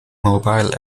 mobile